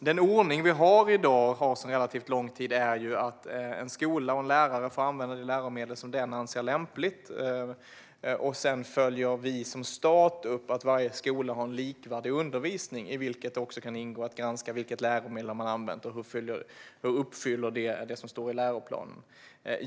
Den ordning vi har i dag sedan relativt lång tid är att skola och lärare får använda de läromedel som man anser lämpliga. Sedan följer vi som stat upp att varje skola har liknande undervisning. Där kan också ingå att granska vilka läromedel som används och hur de uppfyller det som står i läroplanen.